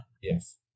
Yes